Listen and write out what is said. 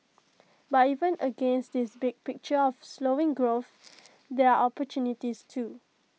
but even against this big picture of slowing growth there are opportunities too